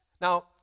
Now